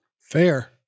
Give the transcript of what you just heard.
fair